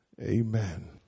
Amen